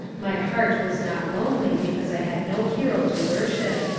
my heart was not lonely because i had no hero to worship,